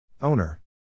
Owner